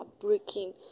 breaking